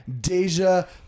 Deja